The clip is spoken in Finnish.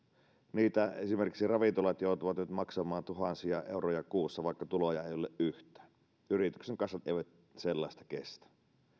niitä esimerkiksi ravintolat joutuvat nyt maksamaan tuhansia euroja kuussa vaikka tuloja ei ole yhtään yritysten kassat eivät sellaista kestä